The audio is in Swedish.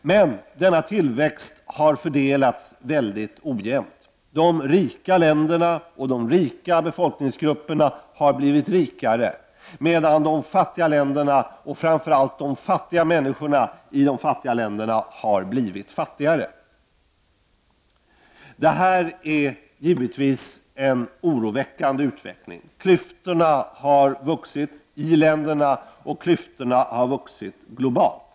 Denna tillväxt har dock fördelats mycket ojämt. De rika länderna och de rika befolkningsgrupperna har blivit allt rikare, medan de fattiga länderna och framför allt de fattiga människorna där har blivit allt fattigare. Denna utveckling är givetvis mycket oroande. Klyftorna i länderna har vuxit, och de har vuxit globalt.